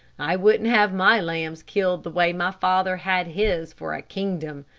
i wouldn't have my lambs killed the way my father had his for a kingdom.